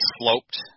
sloped